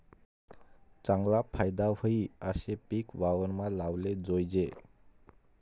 चागला फायदा व्हयी आशे पिक वावरमा लावाले जोयजे